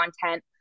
content